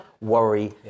worry